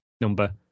number